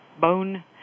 bone